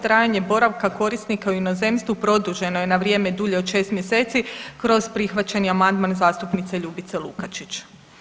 Trajanje boravka korisnika u inozemstvu produženo je na vrijeme dulje od 6 mjeseci kroz prihvaćeni amandman zastupnice Ljubice Lukačić.